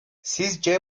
sizce